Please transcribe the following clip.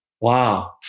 Wow